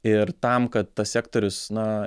ir tam kad tas sektorius na